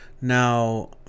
now